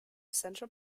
central